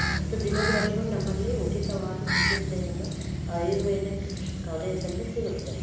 ಅಷ್ಟು ದಿನದವರೆಗೂ ನಮ್ಮಲ್ಲಿ ಉಚಿತವಾದ ಚಿಕಿತ್ಸೆಯನ್ನು ಆಯುರ್ವೇದಿಕ್ ಶ್ ಕಾಲೇಜಲ್ಲಿ ಸಿಗುತ್ತೆ